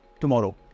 tomorrow